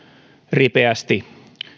ripeästi